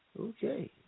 Okay